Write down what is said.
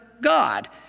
God